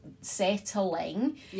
settling